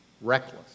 reckless